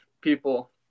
people